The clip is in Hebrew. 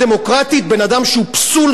בן-אדם שהוא פסול חיתון?